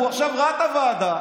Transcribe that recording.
הוא עכשיו ראה את הוועדה,